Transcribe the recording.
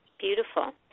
Beautiful